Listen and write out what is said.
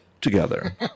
together